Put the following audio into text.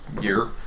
year